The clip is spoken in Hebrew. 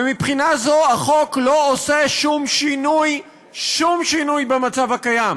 ומבחינה זו החוק לא עושה שום שינוי במצב הקיים.